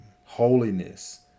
holiness